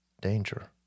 danger